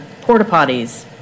porta-potties